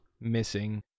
missing